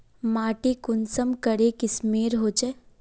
माटी कुंसम करे किस्मेर होचए?